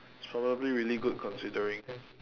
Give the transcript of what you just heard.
it's probably really good considering